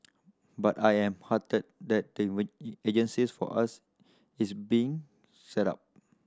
but I am heartened that agencies for us is being set up